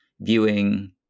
viewing